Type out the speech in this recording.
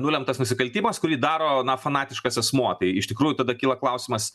nulemtas nusikaltimas kurį daro na fanatiškas asmuo tai iš tikrųjų tada kyla klausimas